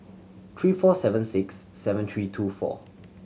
three four seven six seven three two four